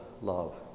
love